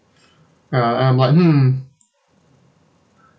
ah I'm like hmm